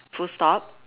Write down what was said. full stop